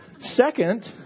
Second